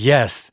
Yes